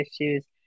issues